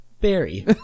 Barry